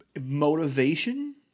Motivation